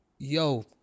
yo